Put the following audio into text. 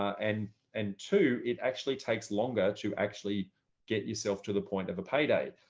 and and two, it actually takes longer to actually get yourself to the point of a payday.